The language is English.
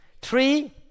Three